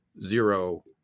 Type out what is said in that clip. zero